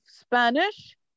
Spanish